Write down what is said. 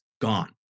gone